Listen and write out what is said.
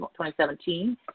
2017